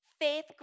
faith